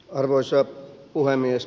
arvoisa puhemies